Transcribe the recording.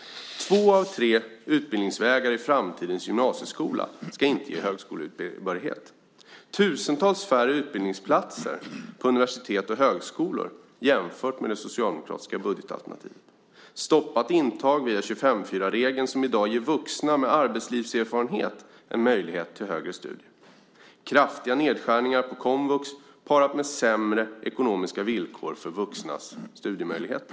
Två av tre utbildningsvägar i framtidens gymnasieskola ska inte ge högskolebehörighet. Det ska bli tusentals färre utbildningsplatser på universitet och högskolor jämfört med det socialdemokratiska budgetalternativet. Intag via 25:4-regeln, som i dag ger vuxna med arbetslivserfarenhet en möjlighet till högre studier, ska stoppas. Det ska bli kraftiga nedskärningar på komvux parat med sämre ekonomiska villkor för vuxnas studiemöjligheter.